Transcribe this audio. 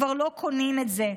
כבר לא קונים את זה.